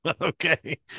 Okay